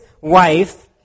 wife